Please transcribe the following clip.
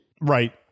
right